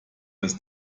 das